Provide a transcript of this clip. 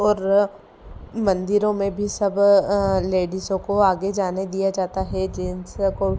और मंदिरों में भी सब लेडीसों को आगे जाने दिया जाता है जेन्सों को